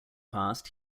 passed